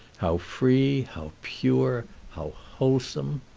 how free, how pure, how wholesome!